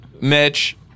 Mitch